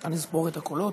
נא לספור את הקולות.